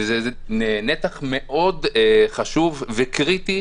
וזה נתח מאוד חשוב וקריטי,